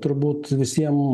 turbūt visiem